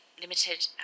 Limited